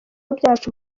byacu